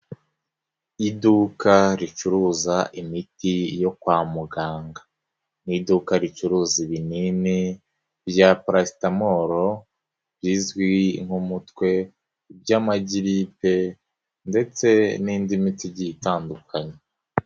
Iduka ricuruza imiti yo kwa muganga. Ni iduka ricuruza ibinini bya purasitamoro bizwi nk'umutwe by'amagiripe ndetse n'indi miti igiye itandukanye.